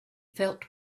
felt